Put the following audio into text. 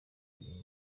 iyi